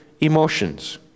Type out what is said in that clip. emotions